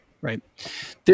Right